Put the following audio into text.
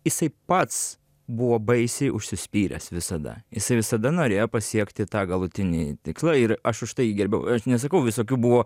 jisai pats buvo baisiai užsispyręs visada jisai visada norėjo pasiekti tą galutinį tikslą ir aš už tai jį gerbiau aš nesakau visokių buvo